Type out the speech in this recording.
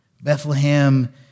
Bethlehem